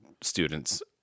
students